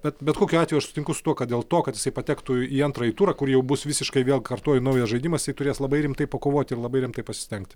bet bet kokiu atveju aš sutinku su tuo kad dėl to kad jisai patektų į antrąjį turą kur jau bus visiškai vėl kartoju naujas žaidimas jisai turės labai rimtai pakovoti ir labai rimtai pasistengt